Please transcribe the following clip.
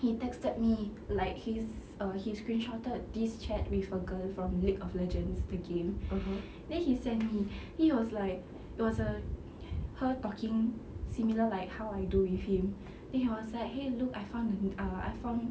he texted me like he's uh he screenshotted this chat with a girl from league of legends the game okay then he send me he was like it was a her talking similar like how I do with him then he was like !hey! look I found uh I found